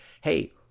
hey